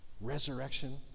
Resurrection